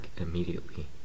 immediately